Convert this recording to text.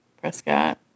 Prescott